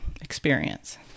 experience